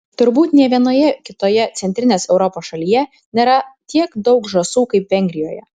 turbūt nė vienoje kitoje centrinės europos šalyje nėra tiek daug žąsų kaip vengrijoje